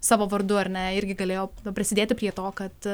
savo vardu ar ne irgi galėjo prisidėti prie to kad